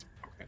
okay